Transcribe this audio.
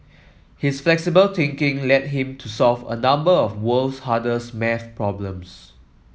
his flexible thinking led him to solve a number of world's hardest maths problems